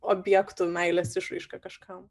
objektų meilės išraiška kažkam